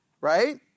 right